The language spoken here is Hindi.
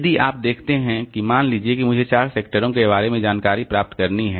अब आप देखते हैं कि मान लीजिए मुझे चार सेक्टरों के बारे में जानकारी प्राप्त करनी है